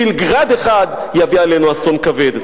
טיל "גראד" אחד יביא עלינו אסון כבד.